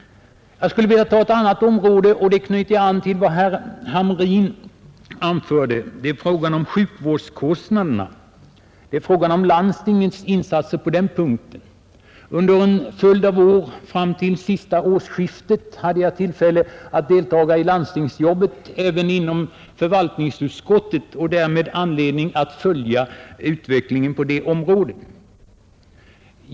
Jag övergår till ett annat område och knyter där an till vad herr Hamrin anförde. Det gäller frågan om sjukvårdskostnaderna och landstingens insatser på den punkten, Under en följd av år, fram till senaste årsskiftet, hade jag tillfälle att deltaga i landstingsarbetet även inom förvaltningsutskottet och därmed anledning att följa utvecklingen på det området.